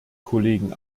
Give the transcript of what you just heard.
kollegen